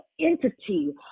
entity